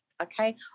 Okay